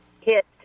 hit